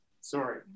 Sorry